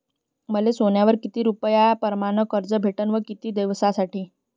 मले सोन्यावर किती रुपया परमाने कर्ज भेटन व किती दिसासाठी?